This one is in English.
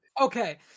Okay